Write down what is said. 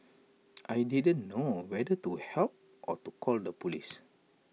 I didn't know whether to help or to call the Police